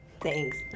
Thanks